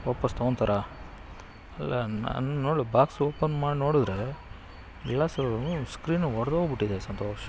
ವಾಪಸ್ ತೊಗೊಳ್ತಾರಾ ಅಲ್ಲ ನಾನು ನೋಡು ಬಾಕ್ಸ್ ಓಪನ್ ಮಾಡಿ ನೋಡಿದ್ರೆ ಗ್ಲಾಸು ಸ್ಕ್ರೀನು ಒಡೆದೋಗ್ಬಿಟ್ಟಿದೆ ಸಂತೋಷ್